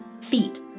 Feet